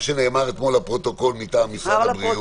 מה שנאמר אתמול לפרוטוקול מטעם משרד הבריאות